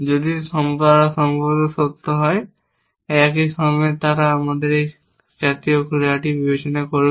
যদি তারা সম্ভবত সত্য হয় একই সময়ে আমরা এই জাতীয় ক্রিয়া বিবেচনা করব